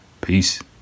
peace